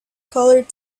colored